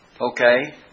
Okay